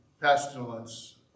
pestilence